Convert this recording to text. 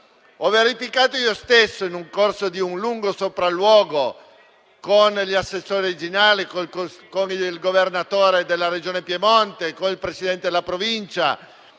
Ho verificato io stesso i danni, nel corso di un lungo sopralluogo nelle zone colpite con gli assessori regionali, con il Governatore della Regione Piemonte, con il Presidente della Provincia,